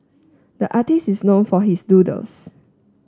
the artist is known for his doodles